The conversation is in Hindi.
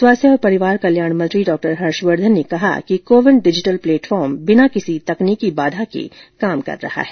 स्वास्थ्य और परिवार कल्याण मंत्री डॉक्टर हर्षवर्द्वन ने कहा कि कोविन डिजिटल प्लेटफॉर्म बिना किसी तकनीकी बाधा के काम कर रहा है